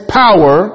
power